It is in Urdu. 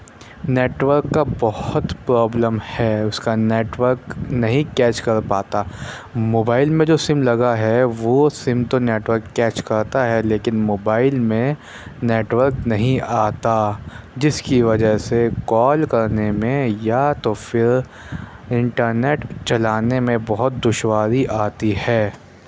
نیٹورک کا بہت پرابلم ہے اُس کا نیٹورک نہیں کیچ کر پاتا موبائل میں جو سم لگا ہے وہ سم تو نیٹورک کیچ کرتا ہے لیکن موبائل میں نیٹورک نہیں آتا جس کی وجہ سے کال کرنے میں یا تو پھر انٹر نیٹ چلانے میں بہت دشواری آتی ہے